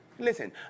Listen